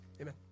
Amen